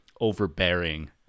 overbearing